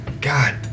God